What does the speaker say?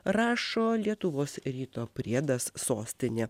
rašo lietuvos ryto priedas sostinė